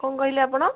କଣ କହିଲେ ଆପଣ